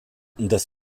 das